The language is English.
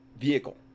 vehicle